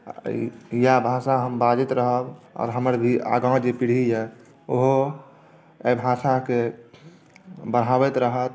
आ ई इएह भाषा हम बाजैत रहब आओर हमर भी आगाँ जे पीढ़ी यए ओहो एहि भाषाकेँ बढ़ाबैत रहत